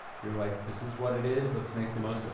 you're like, this is what it is, let's make the most of it.